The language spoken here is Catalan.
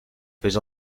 fes